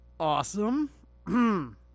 Awesome